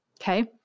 Okay